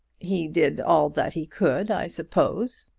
he did all that he could, i suppose?